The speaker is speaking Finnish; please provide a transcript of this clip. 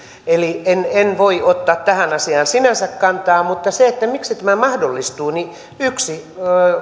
eli en en voi ottaa tähän asiaan sinänsä kantaa mutta siitä miksi tämä mahdollistuu yksi